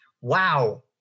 Wow